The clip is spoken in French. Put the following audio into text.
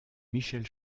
michel